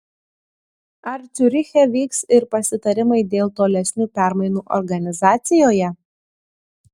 ar ciuriche vyks ir pasitarimai dėl tolesnių permainų organizacijoje